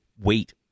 wait